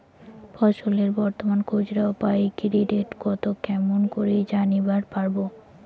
ফসলের বর্তমান খুচরা ও পাইকারি রেট কতো কেমন করি জানিবার পারবো?